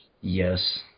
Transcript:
Yes